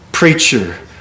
Preacher